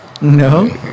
No